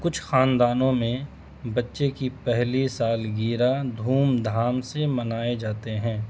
کچھ خاندانوں میں بچے کی پہلی سال گیرا دھوم دھام سے منائے جاتے ہیں